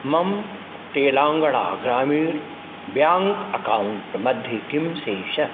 मम तेलङ्गाणा ग्रामीणः ब्याङ्क् अकौण्ट्मध्ये किं शेषः